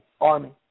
Army